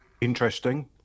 Interesting